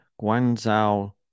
Guangzhou